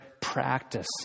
practice